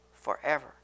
forever